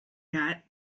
that